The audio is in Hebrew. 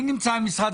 משרד